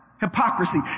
hypocrisy